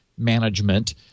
management